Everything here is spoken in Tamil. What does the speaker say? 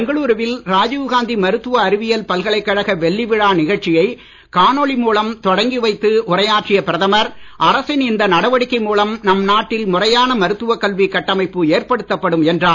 பெங்களூருவில் ராஜீவ்காந்தி மருத்துவ அறிவியல் பல்கலைக்கழக வெள்ளிவிழா நிகழ்ச்சியை காணொளி மூலம் தொடங்கி வைத்து உரையாற்றிய பிரதமர் அரசின் இந்த நடவடிக்கை மூலம் நம் நாட்டில் முறையான மருத்துவக் கல்வி கட்டமைப்பு ஏற்படுத்தப்படும் என்றார்